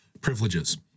privileges